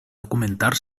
documentar